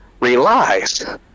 relies